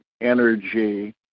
energy